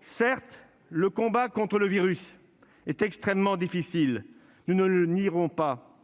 Certes, le combat contre le virus est extrêmement difficile. Nous ne le nierons pas.